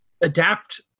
adapt